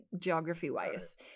geography-wise